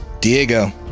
Diego